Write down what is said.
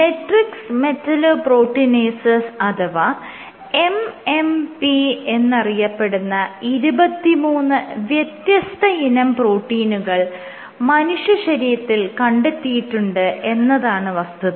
matrix metalloproteinases അഥവാ MMP എന്നറിയപ്പെടുന്ന 23 വ്യത്യസ്തയിനം പ്രോട്ടീനുകൾ മനുഷ്യശരീരത്തിൽ കണ്ടെത്തിയിട്ടുണ്ട് എന്നതാണ് വസ്തുത